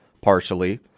partially